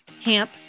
Camp